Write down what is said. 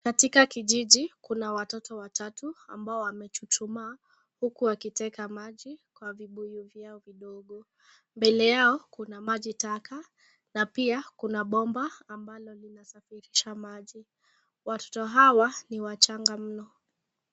Katika kijiji kuna watoto watatu ambao wamechuchumaa huku wakiteka maji kwa vibuyu vyao vidogo. Mbele yao kuna maji taka na pia kuna bomba ambalo linasafirisha maji. Watoto hawa ni wachanga mno.